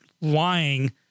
lying